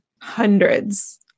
Hundreds